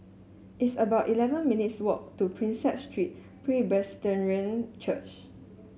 it's about eleven minutes' walk to Prinsep Street Church